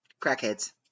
crackheads